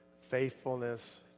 faithfulness